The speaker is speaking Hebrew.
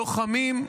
לוחמים,